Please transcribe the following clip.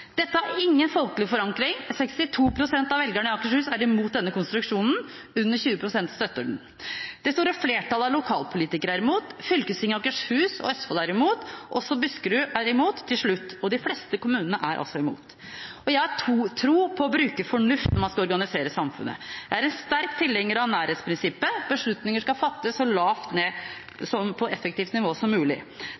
Dette har ingen folkelig forankring. 62 pst. av velgerne i Akershus er imot denne konstruksjonen, under 20 pst. støtter den. Det store flertallet av lokalpolitikere er imot. Fylkestinget i Akershus og Østfold er imot. Også Buskerud er imot, til slutt. De fleste kommunene er altså imot. Jeg har tro på å bruke fornuft når man skal organisere samfunnet. Jeg er en sterk tilhenger av nærhetsprinsippet. Beslutninger skal fattes så lavt